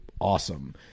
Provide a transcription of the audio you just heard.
awesome